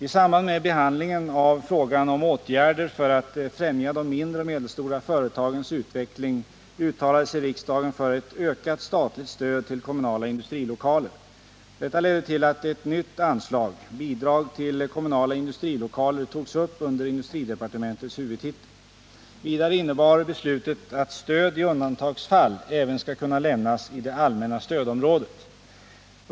I samband med behandlingen av frågan om åtgärder för att främja de mindre och medelstora företagens utveckling uttalade sig riksdagen för ett ökat statligt stöd till kommunala industrilokaler. Detta ledde till att ett nytt anslag, Bidrag till kommunala industrilokaler, togs upp under industridepartementets huvudtitel. Vidare innebar beslutet att stöd i undantagsfall skall kunna lämnas även i det allmänna stödområdet.